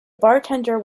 bartender